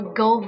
go